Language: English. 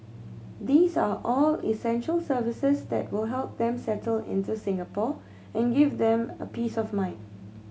these are all essential services that will help them settle into Singapore and give them a peace of mind